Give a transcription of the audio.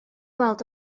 weld